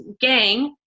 gang